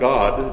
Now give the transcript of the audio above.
God